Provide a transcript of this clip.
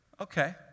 okay